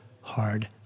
hard